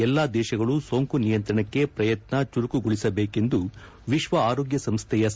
ಎಲ್ಲಾ ದೇಶಗಳು ಸೋಂಕು ನಿಯಂತ್ರಣಕ್ಕೆ ಪ್ರಯತ್ನ ಚುರುಕುಗೊಳಿಸಬೇಕೆಂದು ವಿಶ್ವ ಆರೋಗ್ಲ ಸಂಸ್ಥೆಯ ಸಲಹೆ